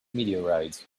meteorites